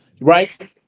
right